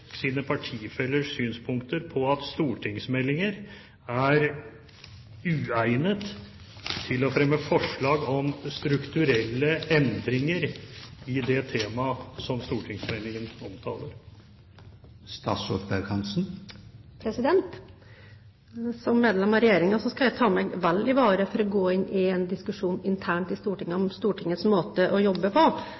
sine partifellers synspunkter om at stortingsmeldinger er uegnet til å fremme forslag om strukturelle endringer i det temaet som stortingsmeldingen omtaler. Som medlem av Regjeringen skal jeg ta meg vel i vare for å gå inn i en diskusjon internt i Stortinget om